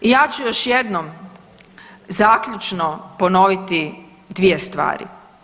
I ja ću još jednom zaključno ponoviti dvije stvari.